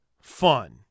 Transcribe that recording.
fun